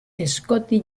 scotty